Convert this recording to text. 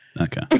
Okay